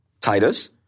Titus